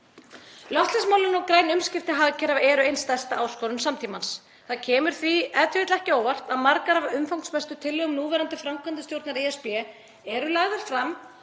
Loftslagsmálin og græn umskipti hagkerfa eru ein stærsta áskorun samtímans. Það kemur því e.t.v. ekki á óvart að margar af umfangsmestu tillögum núverandi framkvæmdastjórnar ESB eru lagðar fram